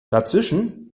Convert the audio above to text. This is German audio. dazwischen